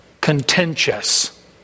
contentious